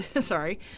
sorry